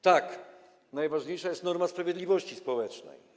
Tak, najważniejsza jest norma sprawiedliwości społecznej.